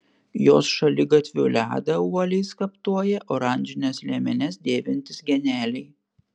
jos šaligatvių ledą uoliai skaptuoja oranžines liemenes dėvintys geneliai